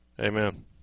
Amen